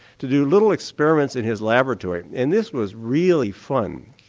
to do little experiments in his laboratory and this was really fun.